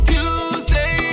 Tuesday